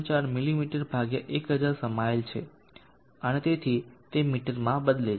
4 મીમી 1000 સમાયેલ છે અને તેથી તે મીટરમાં બદલે છે